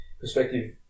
perspective